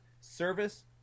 service